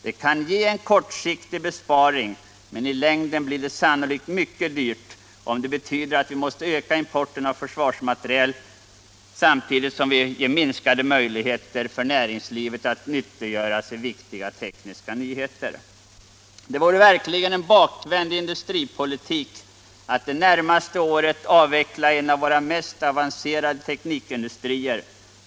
Det kan ge en kortsiktig besparing, men i längden blir det sannolikt mycket dyrt, om det betyder att vi måste öka importen av försvarsmateriel samtidigt som vi ger minskade möjligheter för näringslivet att nyttiggöra sig viktiga tekniska nyheter. Det vore verkligen en bakvänd industripolitik att det närmaste året avveckla en av våra mest avancerade teknikindustrier.